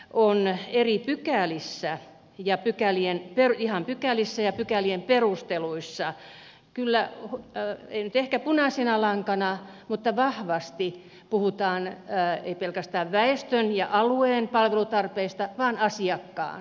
on nähty eripykälissä ja pykälien järjestämislaissa ihan pykälissä ja pykälien perusteluissa ei nyt ehkä ole punaisena lankana mutta vahvasti puhutaan ei pelkästään väestön ja alueen palvelutarpeista vaan asiakkaan palvelutarpeista